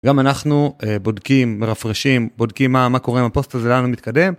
גם אנחנו, אה, בודקים, מרפרשים, בודקים מה-מה קורה עם הפוסט הזה, לאן הוא מתקדם.